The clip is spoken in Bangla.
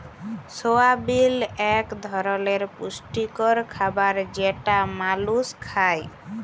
সয়াবিল এক ধরলের পুষ্টিকর খাবার যেটা মালুস খায়